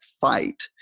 fight